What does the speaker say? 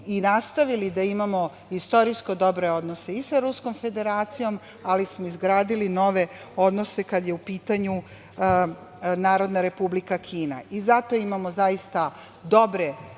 i nastavili da imamo istorijsko dobre odnose i sa Ruskom Federacijom, ali smo izgradili nove odnose kada je u pitanju Narodna Republika Kina. Zato imamo zaista dobre